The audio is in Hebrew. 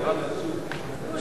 הייתי אולי מצביע בשתי ידיים.